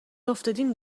افتادیم